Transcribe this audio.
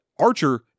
Archer